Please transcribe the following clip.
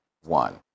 one